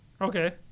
Okay